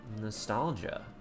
nostalgia